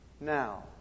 now